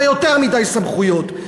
ויותר מדי סמכויות.